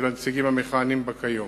של הנציגים המכהנים בה כיום.